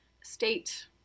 state